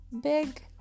big